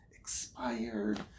expired